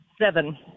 Seven